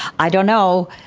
i don't know,